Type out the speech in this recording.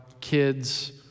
kids